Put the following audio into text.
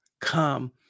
come